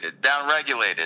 downregulated